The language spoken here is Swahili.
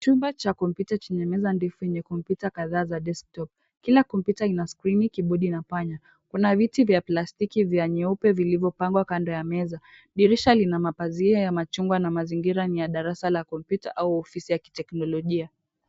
Chumba cha kompyuta chenye meza ndefu yenye kompyuta kadhaa za desktop , kila kompyuta ina skrini, keyboardi na panya. Kuna viti vya plastiki vya nyeupe vilivyopangwa kando ya meza, dirisha lina mapazia ya machungwa, na mazingira ni ya darasa la kompyuta au ofisi ya kiteknolojia.